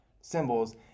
symbols